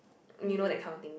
you know that kind of thing